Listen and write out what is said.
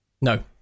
No